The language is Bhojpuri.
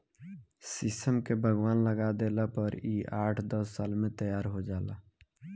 शीशम के बगवान लगा देला पर इ आठ दस साल में तैयार हो जाला